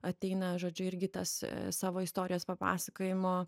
ateina žodžiu irgi tas savo istorijos papasakojimo